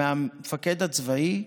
מהמפקד הצבאי,